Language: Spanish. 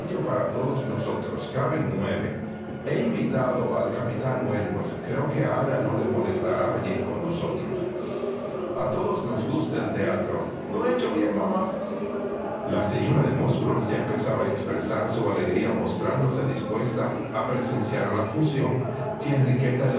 para todos nosotros caben nueve he invitado al capitán wentvvorth creo que a ana no le molestará venir con nosotros a todos nos gusta el teatro no he hecho bien mamá la señora de musgrove ya empezaba a expresar su alegría mostrándose dispuesta a presenciar la función si enriqueta